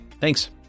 Thanks